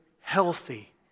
healthy